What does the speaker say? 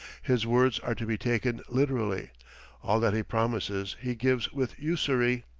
his words are to be taken literally all that he promises he gives with usury.